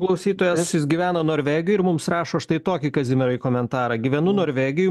klausytojas jis gyvena norvegijoj ir mums rašo štai tokį kazimierai komentarą gyvenu norvegijoj